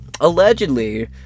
allegedly